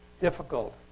difficult